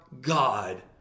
God